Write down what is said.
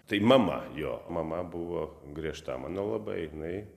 tai mama jo mama buvo griežta mano labai ir jinai